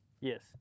yes